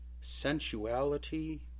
sensuality